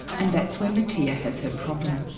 and that's where mattea has her problem.